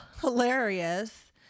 hilarious